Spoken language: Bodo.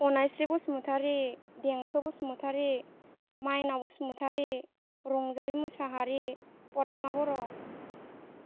अनाइस्रि बसुमतारि देंखो बसुमतारि माइनाव बसुमतारि रंजालि मुसाहारि पदमा बर'